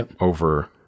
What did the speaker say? over